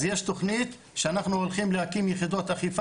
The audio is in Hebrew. אז יש תכנית שאנחנו הולכים להקים יחידות אכיפה